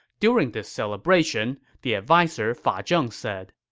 during this celebration, the adviser fa zheng said,